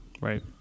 right